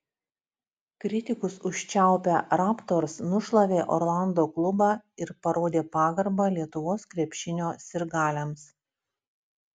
kritikus užčiaupę raptors nušlavė orlando klubą ir parodė pagarbą lietuvos krepšinio sirgaliams